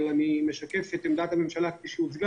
אבל אני משקף את עמדת הממשלה כפי שהיא הוצגה